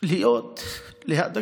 להיות ליד הקבר.